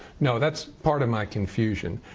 no, that's part of my confusion.